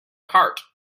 heart